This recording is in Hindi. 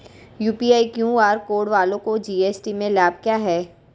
यू.पी.आई क्यू.आर कोड वालों को जी.एस.टी में लाभ क्या है?